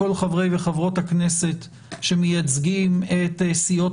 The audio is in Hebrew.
כל חברי וחברות הכנסת שמייצגים את סיעות